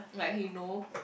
like he know